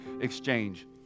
exchange